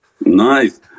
Nice